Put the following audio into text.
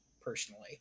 personally